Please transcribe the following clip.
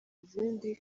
izindi